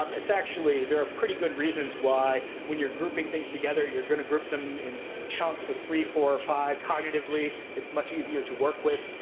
um it's actually there are pretty good reasons why, when you're grouping things together, you're going to group them in chunks of three, four, or five. cognitively, it's much easier to work with.